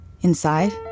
Inside